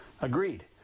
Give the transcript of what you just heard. Agreed